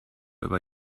über